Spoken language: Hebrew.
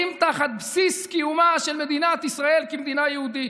תחת בסיס קיומה של מדינת ישראל כמדינה יהודית.